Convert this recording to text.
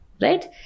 right